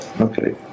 Okay